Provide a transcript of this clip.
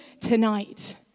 tonight